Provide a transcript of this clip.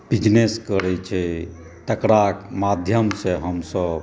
business करै छै तकरा माध्यमसँ हमसभ